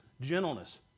gentleness